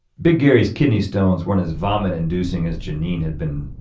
big gary's kidney stones weren't as vomit inducing as jeanine had been,